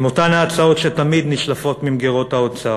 עם אותן ההצעות שתמיד נשלפות ממגירות האוצר?